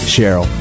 Cheryl